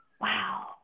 wow